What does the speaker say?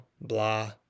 blah